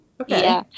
okay